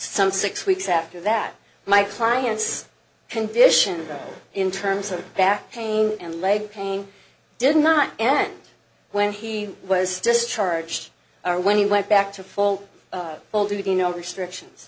some six weeks after that my client's condition in terms of back pain and leg pain did not end when he was discharged are when he went back to full all duty no restrictions